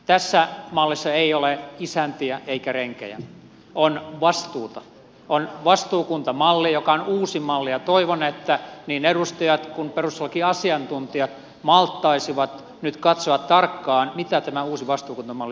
tässä mallissa ei ole isäntiä eikä renkejä on vastuuta on vastuukuntamalli joka on uusi malli ja toivon että niin edustajat kuin perustuslakiasiantuntijat malttaisivat nyt katsoa tarkkaan mitä tämä uusi vastuukuntamalli sisältää